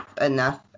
enough